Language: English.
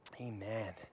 Amen